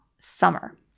summer